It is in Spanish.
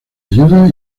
ayuda